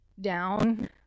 down